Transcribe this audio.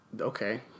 Okay